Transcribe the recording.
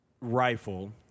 Rifle